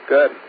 Good